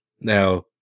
Now